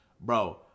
Bro